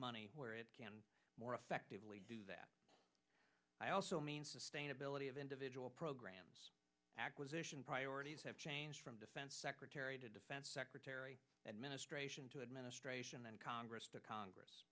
money where it can more effectively do that i also mean sustainability of individual programs acquisition priorities have changed from defense secretary to defense secretary administration to administration and congress to congress